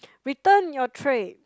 return your tray